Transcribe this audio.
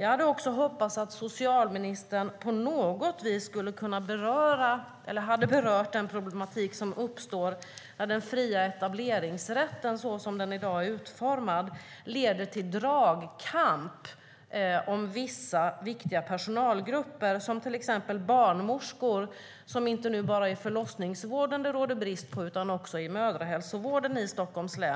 Jag hade också hoppats att socialministern på något vis hade berört den problematik som uppstår med att den fria etableringsrätten så som den i dag är utformad leder till dragkamp om vissa viktiga personalgrupper, som till exempel barnmorskor. Det råder nu brist på dem inte bara i förlossningsvården utan också i mödrahälsovården